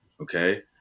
okay